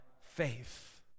faith